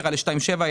ירד ל-2.7,